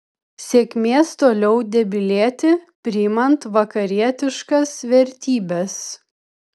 sėkmės toliau debilėti priimant vakarietiškas vertybes